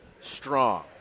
strong